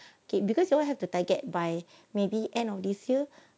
okay because you will have to target by maybe end of this year